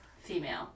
female